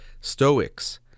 Stoics